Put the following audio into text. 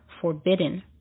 forbidden